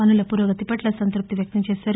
పనుల పురోగతి పట్ల సంతృప్తి వ్యక్తం చేశారు